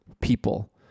people